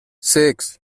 six